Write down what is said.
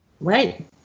Right